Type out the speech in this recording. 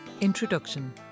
Introduction